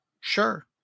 Sure